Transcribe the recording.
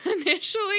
initially